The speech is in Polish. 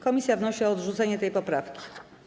Komisja wnosi o odrzucenie tej poprawki.